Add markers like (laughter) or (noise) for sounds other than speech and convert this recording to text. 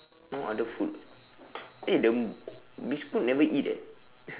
no other food eh the biscuit never eat eh (laughs)